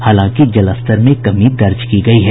हालांकि जलस्तर में कमी दर्ज की गयी है